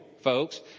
folks